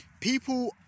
People